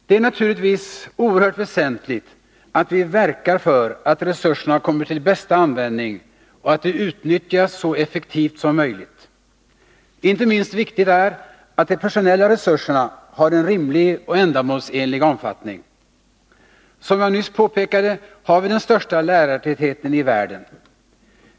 Det är naturligtvis oerhört väsentligt att vi verkar för att resurserna kommer till bästa användning och att de utnyttjas så effektivt som möjligt. Inte minst viktigt är att de personella resurserna har en rimlig och ändamålsenlig omfattning. Som jag nyss påpekade har vi den största lärartätheten i världen.